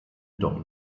doch